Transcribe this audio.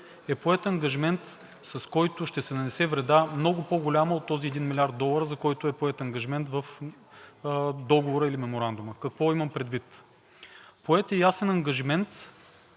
е поет ангажимент, с който ще се нанесе вреда, много по-голяма от този един милиард долара, за който е поет ангажимент в договора или Меморандума. Какво имам предвид? Поет е ясен ангажимент